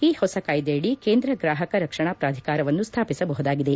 ಈ ಹೊಸ ಕಾಯ್ಲೆಯಡಿ ಕೇಂದ್ರ ಗ್ರಾಹಕ ರಕ್ಷಣಾ ಪ್ರಾಧಿಕಾರವನ್ನು ಸ್ಲಾಪಿಸಬಹುದಾಗಿದೆ